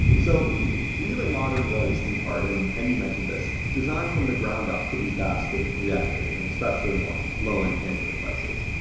so relay modern was impart, and you mentioned this, designed from the ground up to be fast in react native and especially on low-end android devices.